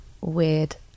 weird